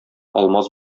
алмаз